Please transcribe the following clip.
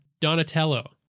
Donatello